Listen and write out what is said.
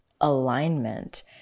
alignment